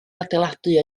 adeiladu